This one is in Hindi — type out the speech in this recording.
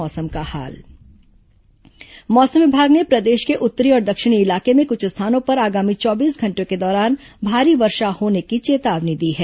मौसम मौसम विभाग ने प्रदेश के उत्तरी और दक्षिणी इलाके में कुछ स्थानों पर आगामी चौबीस घंटों के दौरान भारी वर्षा होने की चेतावनी दी है